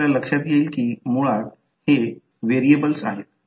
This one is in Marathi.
या प्रकरणात करंट I चे समीकरण कसे लिहावे कारण कॉइलस् सीरिजमध्ये आहेत